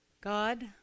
God